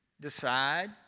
decide